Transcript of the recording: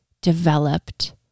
developed